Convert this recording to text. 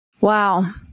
Wow